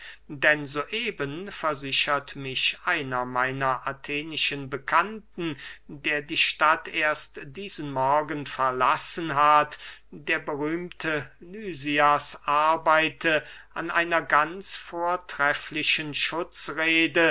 denn so eben versichert mich einer meiner athenischen bekannten der die stadt erst diesen morgen verlassen hat der berühmte lysias arbeite an einer ganz vortrefflichen schutzrede